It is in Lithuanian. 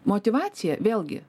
motyvacija vėlgi